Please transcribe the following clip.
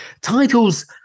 Titles